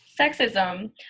sexism